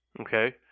okay